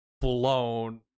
blown